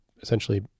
essentially